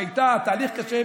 שהיה תהליך קשה,